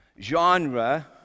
genre